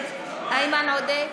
נגד יואב קיש,